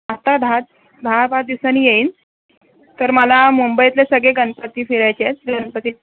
आता दहा दहा पाच दिवसानी येईन तर मला मुंबईतले सगळे गणपती फिरायचे आहेत गणपतीत